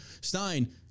Stein